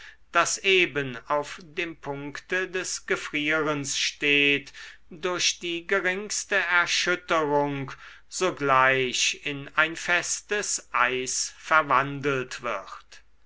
das eben auf dem punkte des gefrierens steht durch die geringste erschütterung sogleich in ein festes eis verwandelt wird